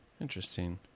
interesting